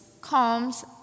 calms